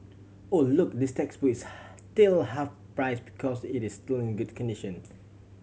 oh look this textbook is still half price because it is still in good condition